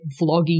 vlogging